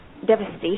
devastation